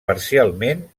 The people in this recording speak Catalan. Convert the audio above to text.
parcialment